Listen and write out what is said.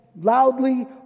loudly